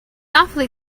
awfully